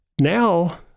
now